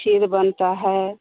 खीर बनता है